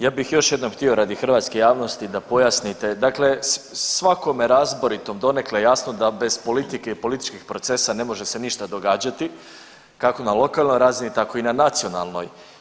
Ja bih još jednom htio radi hrvatske javnosti da pojasnite, dakle svakome razboritom donekle je jasno da bez politike i političkih procesa ne može se ništa događati, kako na lokalnoj razini, tako i na nacionalnoj.